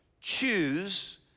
choose